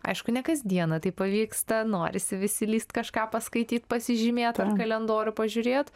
aišku ne kas dieną tai pavyksta norisi vis įlįst kažką paskaityt pasižymėt ar kalendorių pažiūrėt